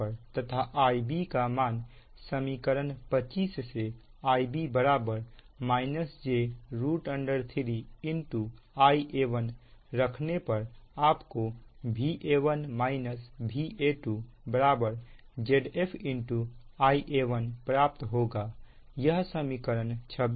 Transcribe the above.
तथा Ib का मान समीकरण 25 से Ib j 3 Ia1 रखने पर आपको Va1 - Va2 Zf Ia1प्राप्त होगा यह समीकरण 26 है